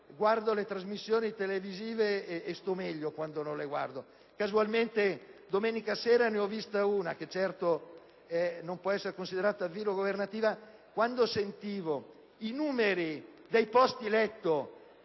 guardo le trasmissioni televisive, e sto meglio quando non le guardo, ma casualmente domenica sera ne ho vista una, che certo non può essere considerata filogovernativa. Ebbene, quando ho sentito parlare di strutture